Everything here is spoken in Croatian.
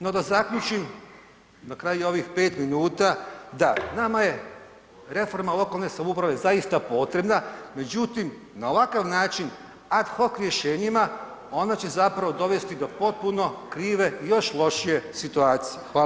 No, da zaključim na kraju i ovih 5 minuta, da nama je reforma lokalne samouprave zaista potrebna, međutim na ovakav način ad hoch rješenjima ona će zapravo dovesti do potpuno krive i još lošije situacije.